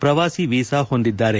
ಪ್ರವಾಸಿ ವೀಸಾ ಹೊಂದಿದ್ದಾರೆ